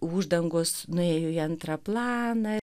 uždangos nuėjo į antrą planą